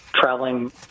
traveling